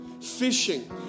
fishing